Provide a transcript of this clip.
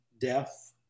death